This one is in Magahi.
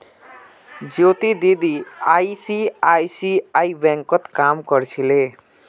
ज्योति दीदी आई.सी.आई.सी.आई बैंकत काम कर छिले